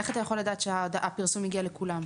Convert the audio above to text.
איך אתה יכול לדעת שהפרסום הגיע לכולם?